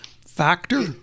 factor